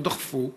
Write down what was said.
לא דחפו,